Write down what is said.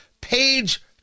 Page